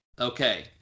Okay